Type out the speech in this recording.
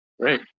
Great